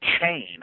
chain